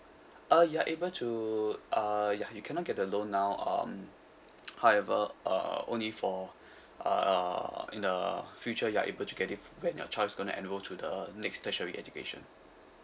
uh you're able to uh ya you cannot get the loan now um however uh only for uh in the future you're able to get it f~ when your child's gonna enrol to the next tertiary education